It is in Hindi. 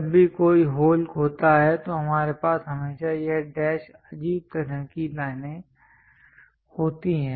जब भी कोई होल होता है तो हमारे पास हमेशा यह डैश अजीब तरह की लाइनें होती हैं